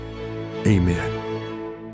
amen